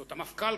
באמצעות המפכ"ל,